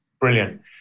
Brilliant